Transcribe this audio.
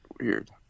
Weird